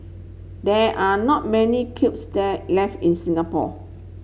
there are not many kilns that left in Singapore